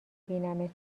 بینمتون